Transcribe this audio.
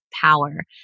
power